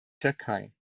türkei